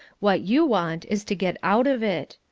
what you want is to get out of it.